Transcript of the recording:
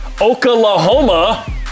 Oklahoma